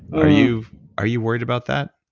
are you are you worried about that?